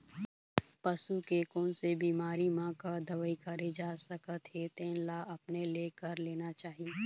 पसू के कोन से बिमारी म का दवई करे जा सकत हे तेन ल अपने ले कर लेना चाही